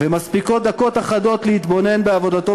ומספיקות דקות אחדות להתבונן בעבודתו